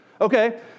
Okay